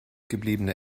gebliebene